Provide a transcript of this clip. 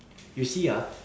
you see ah